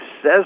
says